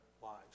lives